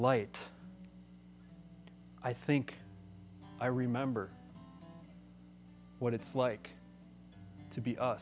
light i think i remember what it's like to be u